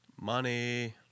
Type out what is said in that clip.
Money